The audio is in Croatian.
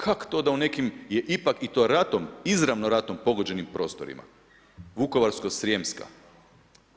Kako to da u nekim je ipak i to ratom, izravno ratom pogođenim prostorima, Vukovarsko-srijemska,